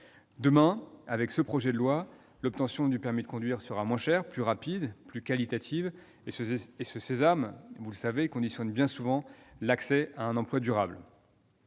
Demain, avec ce projet de loi, l'obtention du permis de conduire sera moins chère, plus rapide, plus qualitative. Or, vous le savez, ce sésame conditionne bien souvent l'accès à un emploi durable.